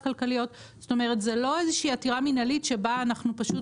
זו לא איזו שהיא עתירה מינהלית שבה אנחנו פשוט